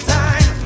time